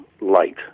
light